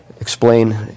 explain